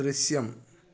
ദൃശ്യം